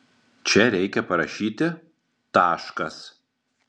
čia reikia parašyti taškas